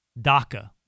DACA